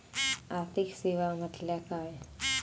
आर्थिक सेवा म्हटल्या काय?